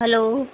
hello